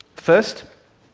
first,